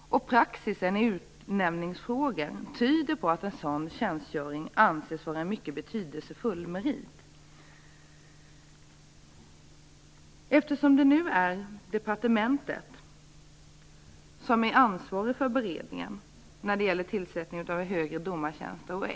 Praxis i utnämningsfrågor tyder på att en sådan tjänstgöring anses vara en mycket betydelsefull merit. Nu är det departementet som är ansvarigt för beredningen när det gäller tillsättning av högre domartjänster.